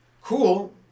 Cool